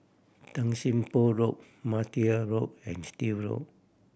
Tan Sim Boh Road Martia Road and Still Road